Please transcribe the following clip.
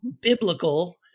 biblical